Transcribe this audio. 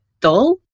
dull